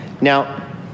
Now